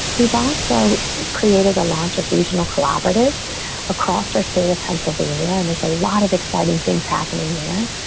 we've also created a launch of regional collaborative across our state of pennsylvania, and there's a lot of exciting things happening there.